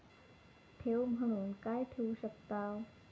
ठेव म्हणून काय ठेवू शकताव?